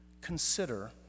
consider